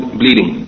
bleeding